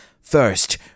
first